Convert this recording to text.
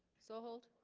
so hold